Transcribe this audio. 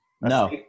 no